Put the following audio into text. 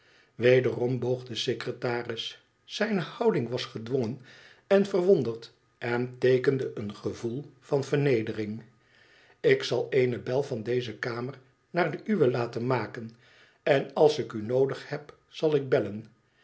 wederom boog de secretaris zijne houding was gedwongen en verwonderd en teekende een gevoel van vernedering ik zal eene bel van deze kamer naar de uwe laten maken en als ik u noodig heb zal ik bellen